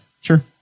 Sure